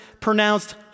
pronounced